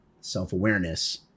self-awareness